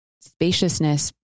spaciousness